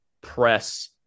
press